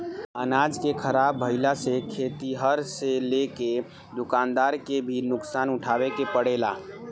अनाज के ख़राब भईला से खेतिहर से लेके दूकानदार के भी नुकसान उठावे के पड़ेला